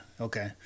Okay